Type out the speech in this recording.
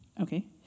okay